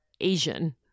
Asian